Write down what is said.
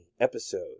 episode